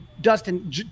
Dustin